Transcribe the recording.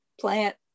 plant